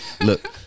Look